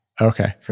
Okay